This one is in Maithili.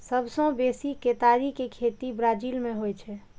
सबसं बेसी केतारी के खेती ब्राजील मे होइ छै